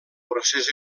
procés